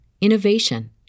innovation